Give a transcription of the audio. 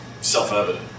self-evident